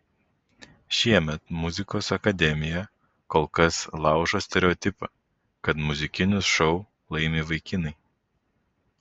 šiemet muzikos akademija kol kas laužo stereotipą kad muzikinius šou laimi vaikinai